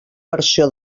versió